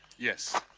yes.